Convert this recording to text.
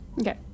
Okay